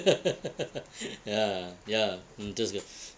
ya ya interest get